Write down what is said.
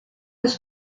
des